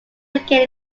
weekend